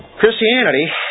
Christianity